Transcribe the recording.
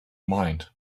mind